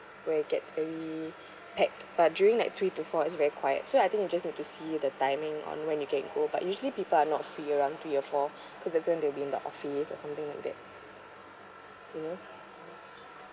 where it gets very packed but during that three to four it's very quiet so I think you just need to see the timing on when you can go but usually people are not free around three or four because that's when they'll be in the office or something like that you know